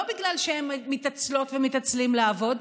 לא כי הם מתעצלים ומתעצלות לעבוד,